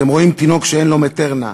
אתם רואים תינוק שאין לו "מטרנה"